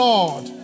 Lord